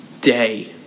day